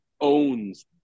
owns